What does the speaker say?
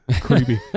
creepy